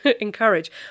encourage